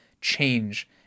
change